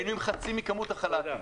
היינו עם חצי מכמות החל"תים.